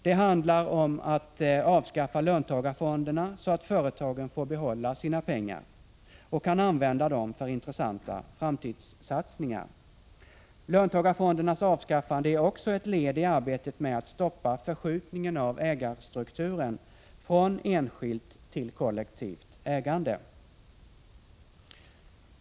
Det handlar om att avskaffa löntagarfonderna, så att företagen får behålla sina pengar och kan använda dem för intressanta framtidssatsningar. Löntagarfondernas avskaffande är också ett led i arbetet med att stoppa förskjutningen av ägarstrukturen från enskilt till kollektivt ägande.